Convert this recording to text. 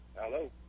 Hello